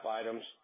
items